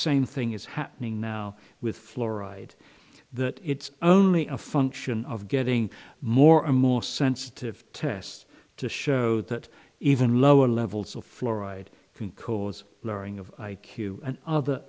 same thing is happening now with fluoride that it's only a function of getting more and more sensitive tests to show that even lower levels of fluoride can cause lowering of i q and other